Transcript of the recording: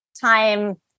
time